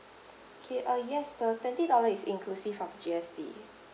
okay uh yes the twenty dollar is inclusive of G_S_T